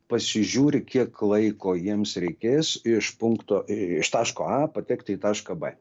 pasižiūri kiek laiko jiems reikės iš punkto iš taško a patekti į tašką b